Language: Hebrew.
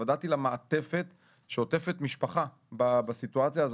התוודעתי למעטפת שעוטפת משפחה בסיטואציה הזאת,